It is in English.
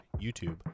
YouTube